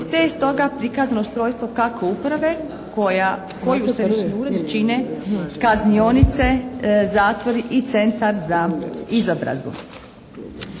te je stoga prikazano ustrojstvo kako uprave koju kao središnji ured čine kaznionice, zatvori i Centar za izobrazbu.